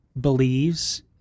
believes